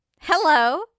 hello